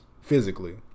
Physically